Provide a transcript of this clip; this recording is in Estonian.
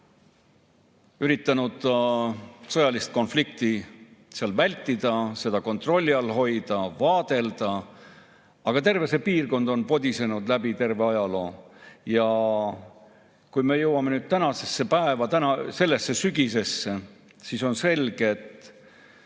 tegutsenud, sõjalist konflikti vältida, seda kontrolli all hoida, vaadelda. Aga terve see piirkond on podisenud läbi terve ajaloo. Ja kui me jõuame nüüd tänasesse päeva, sellesse sügisesse, siis on selge, et